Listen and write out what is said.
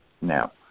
now